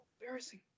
embarrassing